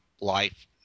life